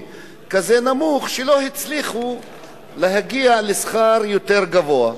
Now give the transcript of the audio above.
נמוך כזה שלא הצליחו להגיע לשכר יותר גבוה,